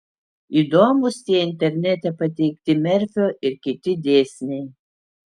įdomūs tie internete pateikti merfio ir kiti dėsniai